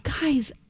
guys